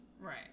Right